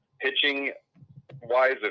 Pitching-wise